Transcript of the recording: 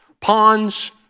ponds